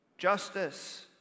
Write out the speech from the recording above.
justice